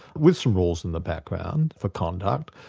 with some rules in the background, for conduct,